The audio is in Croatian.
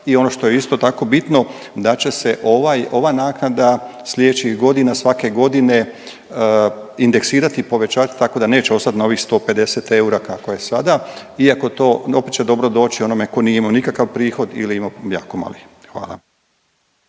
i ono što je isto tako bitno da će se ova naknada sljedećih godina svake godine indeksirati i povećavati tako da neće ostati na ovih 150 eura kako je sada, iako to opet će dobro doći onome tko nije imao nikakav prihod ili je imao jako mali. Hvala.